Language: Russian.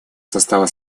состава